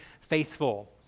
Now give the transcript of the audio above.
faithful